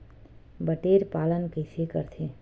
बटेर पालन कइसे करथे?